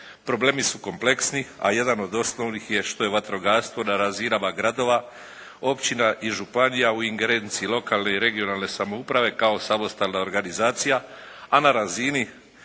Problemi su kompleksni, a jedan od osnovnih je što je vatrogastvo na razinama gradova, općina i županija u ingerenciji lokalne i regionalne samouprave kao samostalna organizacija, a na razini